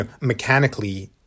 Mechanically